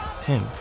Tim